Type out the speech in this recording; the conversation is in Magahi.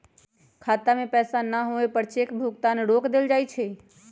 खाता में पैसा न होवे पर चेक भुगतान रोक देयल जा हई